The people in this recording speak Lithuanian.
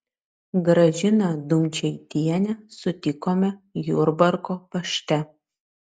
gražiną dumčaitienę sutikome jurbarko pašte